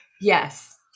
Yes